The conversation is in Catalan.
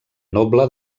noble